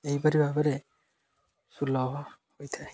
ଏହିପରି ଭାବରେ ସୁଲଭ ହୋଇଥାଏ